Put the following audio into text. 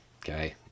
okay